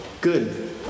Good